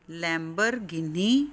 Lamborghini